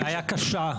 בעיה קשה.